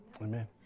Amen